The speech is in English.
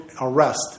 arrest